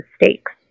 mistakes